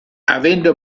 avendo